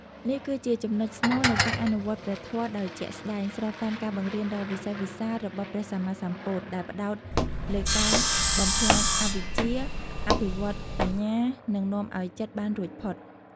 នេះគឺជាចំណុចស្នូលនៃការអនុវត្តព្រះធម៌ដោយជាក់ស្ដែង ស្របតាមការបង្រៀនដ៏វិសេសវិសាលរបស់ព្រះសម្មាសម្ពុទ្ធ ដែលផ្ដោតលើការបំផ្លាញអវិជ្ជា អភិវឌ្ឍបញ្ញា និងនាំឲ្យចិត្តបានរួចផុត។